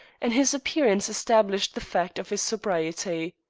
and his appearance established the fact of his sobriety.